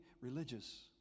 religious